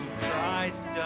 Christ